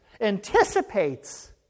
anticipates